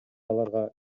аларга